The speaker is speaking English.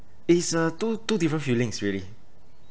it's a two two different feelings really